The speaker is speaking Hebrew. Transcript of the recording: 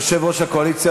יושב-ראש הקואליציה,